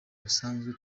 dusanzwe